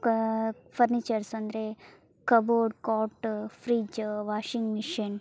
ಕಾ ಫರ್ನಿಚರ್ಸ್ ಅಂದರೆ cupboard cot fridge washing machine